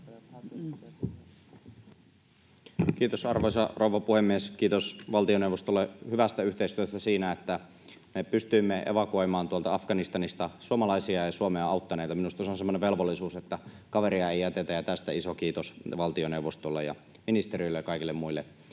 Kiitos, arvoisa rouva puhemies! Kiitos valtioneuvostolle hyvästä yhteistyöstä siinä, että me pystyimme evakuoimaan Afganistanista suomalaisia ja Suomea auttaneita. Minusta se on semmoinen velvollisuus, että kaveria ei jätetä, ja tästä iso kiitos valtioneuvostolle ja ministeriöille ja kaikille muille